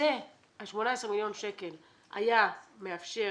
ה-18 מיליון שקל היה מאפשר